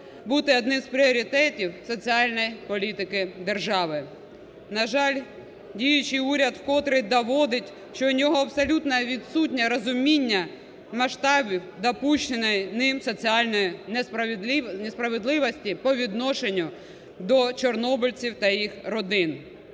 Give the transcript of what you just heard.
бути одним з пріоритетом соціальної політики держави. На жаль, діючий уряд вкотре доводить, що в нього абсолютно відсутнє розуміння масштабів, допущеної ним, соціальної несправедливості по відношенню до чорнобильців та їх родин.